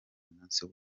umunsi